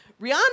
Rihanna